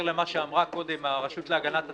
למה שאמרה קודם הרשות להגנת הצרכן,